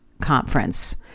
Conference